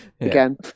again